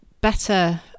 better